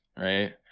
right